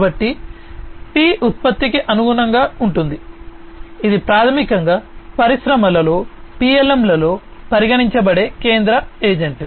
కాబట్టి పి ఉత్పత్తికి అనుగుణంగా ఉంటుంది ఇది ప్రాథమికంగా పరిశ్రమలలో పిఎల్ఎమ్లో పరిగణించబడే కేంద్ర ఏజెంట్